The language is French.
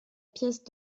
pièce